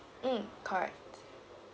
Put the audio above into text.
mm correct